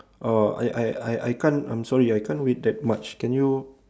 oh I I I I I can't I'm sorry I can't wait that much can you